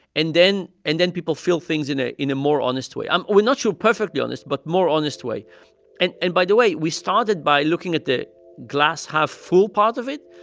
and then and then people fill things in a more honest way um we're not sure perfectly honest but more honest way and and by the way, we started by looking at the glass-half-full part of it.